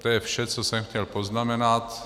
To je vše, co jsem chtěl poznamenat.